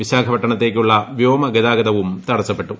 വിശാഖപട്ടണത്തേക്കുള്ള വ്യോമഗതാഗതവും തടസ്സപ്പെട്ടു